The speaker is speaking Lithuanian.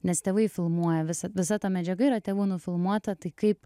nes tėvai filmuoja visad visa ta medžiaga yra tėvų nufilmuota tai kaip